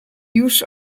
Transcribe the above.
już